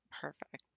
Perfect